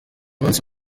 munsi